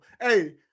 Hey